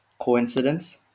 coincidence